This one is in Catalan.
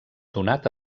donat